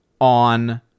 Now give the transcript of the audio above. on